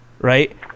right